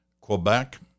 Quebec